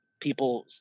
people